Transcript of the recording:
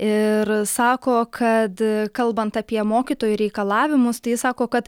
ir sako kad kalbant apie mokytojų reikalavimus tai sako kad